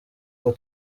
ngo